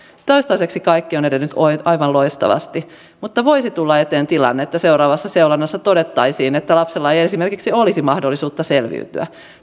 toistaiseksi kaikki on edennyt aivan loistavasti mutta voisi tulla eteen tilanne että seuraavassa seulonnassa todettaisiin että lapsella ei esimerkiksi olisi mahdollisuutta selviytyä